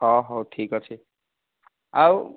ହଉ ଠିକ୍ ଅଛି ଆଉ